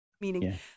meaning